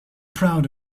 proud